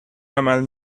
عمل